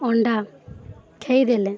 ଅଣ୍ଡା ଖେଇଦେଲେ